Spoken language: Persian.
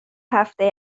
هفته